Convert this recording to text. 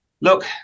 look